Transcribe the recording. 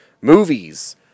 movies